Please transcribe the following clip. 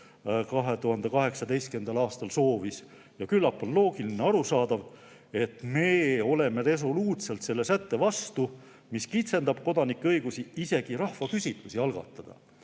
2018. aastal soovis. Küllap on loogiline ja arusaadav, et me oleme resoluutselt selle sätte vastu, mis kitsendab kodanike õigusi isegi rahvaküsitlusi algatada.